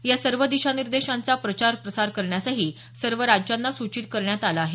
या सर्व दिशानिर्देशांचा प्रसार प्रचार करण्यासही सर्व राज्यांना सूचित करण्यात आलं आहे